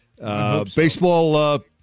Baseball